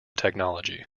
technology